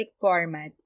format